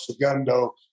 Segundo